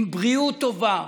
בבריאות טובה,